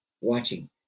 watching